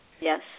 Yes